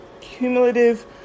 cumulative